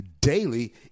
daily